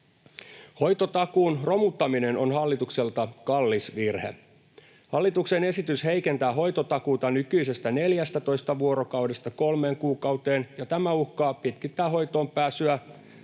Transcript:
Hoitotakuun romuttaminen on hallitukselta kallis virhe. Hallituksen esitys heikentää hoitotakuuta nykyisestä 14 vuorokaudesta kolmeen kuukauteen, ja tämä uhkaa pitkittää hoitoonpääsyä.